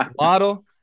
model